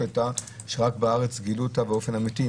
רק בארץ גילו אותה באופן אמיתי?